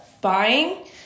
buying